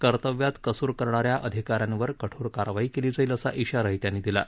कर्तव्यात कसूर करणा या अधिका यांवर कठोर कारवाई केली जाईल असा इशाराही त्यांनी दिला आहे